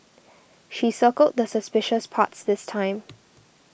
she circled the suspicious parts this time